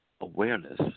awareness